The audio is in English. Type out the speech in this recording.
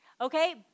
Okay